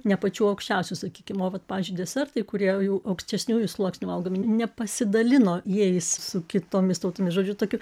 ne pačių aukščiausių sakykim o vat pavyzdžiui desertai kurie jau aukštesniųjų sluoksnių valgomi nepasidalino jais su kitomis tautomis žodžiu tokių